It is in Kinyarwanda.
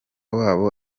wabo